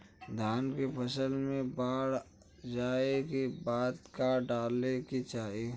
धान के फ़सल मे बाढ़ जाऐं के बाद का डाले के चाही?